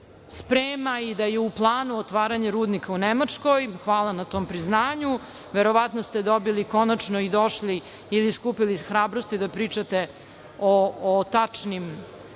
sprema i da je u planu otvaranje rudnika u Nemačkoj. Hvala na tom priznanju, verovatno ste dobili i konačno došli ili skupili hrabrosti da pričate o tačnim